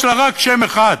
יש לה רק שם אחד: